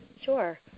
Sure